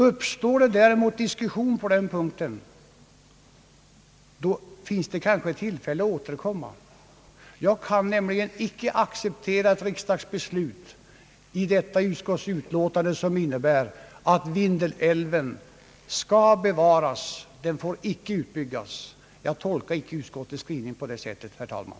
Uppstår det däremot diskussion på denna punkt, finns det kanske tillfälle att återkomma. Jag kan nämligen icke acceptera ett riksdagsbeslut med anledning av detta utskottsutlåtande som innebär att Vindelälven icke får utbyggas — jag tolkar icke utskottets skrivning på det sättet, herr talman.